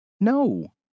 No